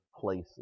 places